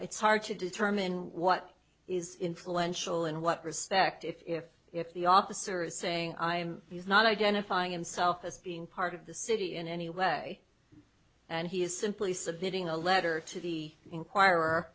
it's hard to determine what is influential in what respect if if the officer is saying i'm he's not identifying himself as being part of the city in any way and he is simply submitting a letter to the inquirer